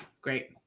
Great